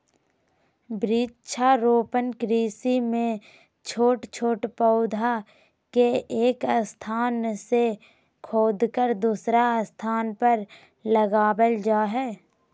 वृक्षारोपण कृषि मे छोट छोट पौधा के एक स्थान से खोदकर दुसर स्थान पर लगावल जा हई